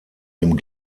dem